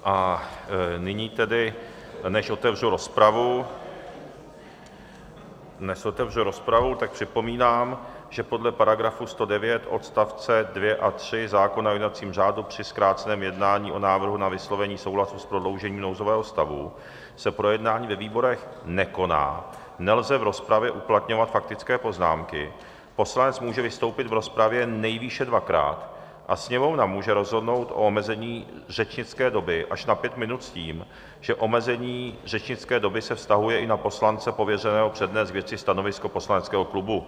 A nyní tedy, než otevřu rozpravu, připomínám, že podle § 109 odst. 2 a 3 zákona o jednacím řádu při zkráceném jednání o návrhu na vyslovení souhlasu s prodloužením nouzového stavu se projednání ve výborech nekoná, nelze v rozpravě uplatňovat faktické poznámky, poslanec může vystoupit v rozpravě nejvýše dvakrát a Sněmovna může rozhodnout o omezení řečnické doby až na 5 minut s tím, že omezení řečnické doby se vztahuje i na poslance pověřeného přednést k věci stanovisko poslaneckého klubu.